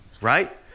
Right